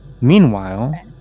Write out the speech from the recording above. meanwhile